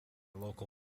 local